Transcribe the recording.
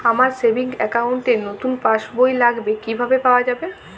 আমার savings account র নতুন পাসবই লাগবে কিভাবে পাওয়া যাবে?